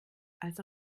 als